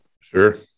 Sure